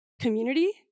community